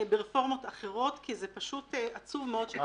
ברפורמות אחרות כי זה פשוט עצוב מאוד שכך מתנהלים.